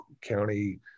county